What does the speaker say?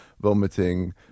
vomiting